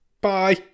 Bye